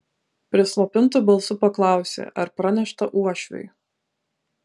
prislopintu balsu paklausė ar pranešta uošviui